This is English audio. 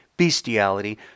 Bestiality